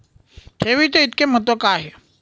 ठेवीचे इतके महत्व का आहे?